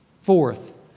Fourth